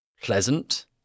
pleasant